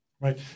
Right